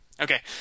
Okay